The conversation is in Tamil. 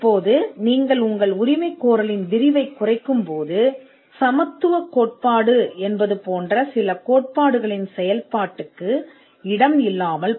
இப்போது நீங்கள் ஒரு கூற்றைக் குறைக்கும்போது சமத்துவக் கோட்பாடு போன்ற சில கொள்கைகள் உள்ளன வழக்கு விசாரணையின் போது நீங்கள் ஒரு கோரிக்கையை குறைக்கும்போது ஒரு பயன்பாடு இருக்காது